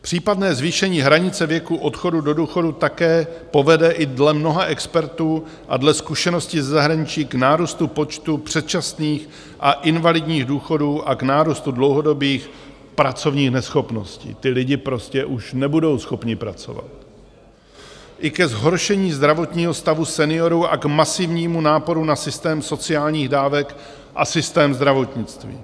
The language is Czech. Případné zvýšení hranice věku odchodu do důchodu také povede i dle mnoha expertů a dle zkušenosti ze zahraničí k nárůstu počtu předčasných a invalidních důchodů a k nárůstu dlouhodobých pracovních neschopností ti lidi prostě už nebudou schopni pracovat i ke zhoršení zdravotního stavu seniorů a k masivnímu náporu na systém sociálních dávek a systém zdravotnictví.